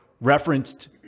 referenced